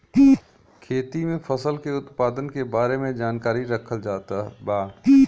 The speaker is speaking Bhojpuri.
खेती में फसल के उत्पादन के बारे में जानकरी रखल जात बा